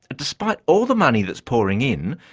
ah despite all the money that's pouring in,